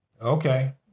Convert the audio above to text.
Okay